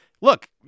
look